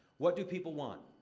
what do people want?